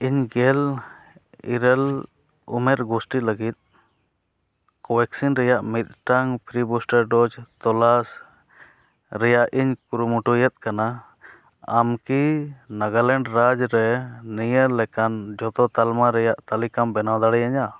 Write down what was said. ᱤᱧ ᱜᱮᱞ ᱤᱨᱟᱹᱞ ᱩᱢᱮᱹᱨ ᱜᱩᱥᱴᱤ ᱞᱟᱹᱜᱤᱫ ᱠᱳᱼᱵᱷᱮᱠᱥᱤᱱ ᱨᱮᱭᱟᱜ ᱢᱤᱫᱴᱟᱝ ᱯᱷᱤᱨᱤ ᱵᱩᱥᱴᱟᱨ ᱰᱳᱡᱽ ᱛᱚᱞᱟᱥ ᱨᱮᱭᱟᱜ ᱤᱧ ᱠᱩᱨᱩᱢᱩᱴᱩᱭᱮᱫ ᱠᱟᱱᱟ ᱟᱢ ᱠᱤ ᱱᱟᱜᱟᱞᱮᱱᱰ ᱨᱟᱡᱽ ᱨᱮ ᱱᱤᱭᱟᱹᱞᱮᱠᱟᱱ ᱡᱚᱛᱚ ᱛᱟᱞᱢᱟ ᱨᱮᱭᱟᱜ ᱛᱟᱹᱞᱤᱠᱟᱢ ᱵᱮᱱᱟᱣ ᱫᱟᱲᱮ ᱟᱹᱧᱟ